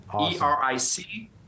E-R-I-C